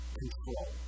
control